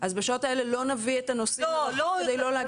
אז בשעות האלה לא נביא את הנוסעים מרחוק כדי לא להגדיל את --- לא,